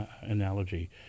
analogy